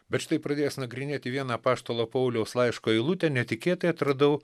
bet štai pradėjęs nagrinėti vieną apaštalo pauliaus laiško eilutę netikėtai atradau